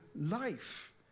life